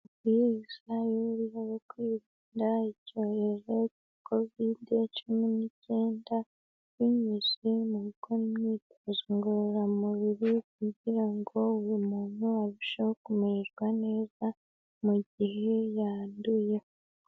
Amabwiriza y'uburyo bwo kwirinda icyorezo cya kovidi cumi n'icyenda binyuze mu gukora imyitozo ngororamubiri, kugira ngo buri muntu arusheho kumererwa neza mu gihe yanduye.